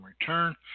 return